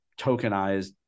tokenized